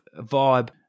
vibe